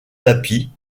tapis